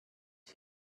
you